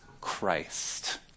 Christ